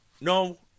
no